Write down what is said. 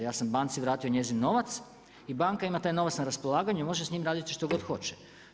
Ja sam banci vratio njezin novac i banka ima taj novac na raspolaganju i može s njim raditi što god hoće.